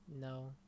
No